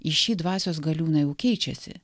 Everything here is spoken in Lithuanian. į šį dvasios galiūną jau keičiasi